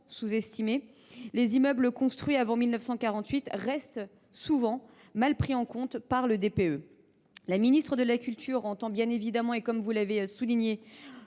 sous estimés, les immeubles construits avant 1948 restent souvent mal pris en compte par le DPE. La ministre de la culture entend bien évidemment, comme vous l’avez souligné,